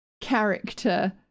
character